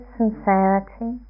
sincerity